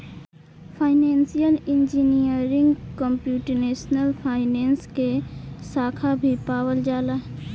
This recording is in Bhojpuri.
फाइनेंसियल इंजीनियरिंग कंप्यूटेशनल फाइनेंस के साखा भी पावल जाला